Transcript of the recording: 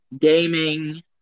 gaming